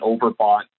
overbought